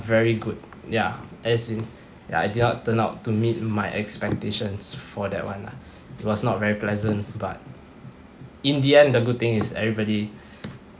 very good ya as in ya I did not turn out to meet my expectations for that one lah it was not very pleasant but in the end the good thing is everybody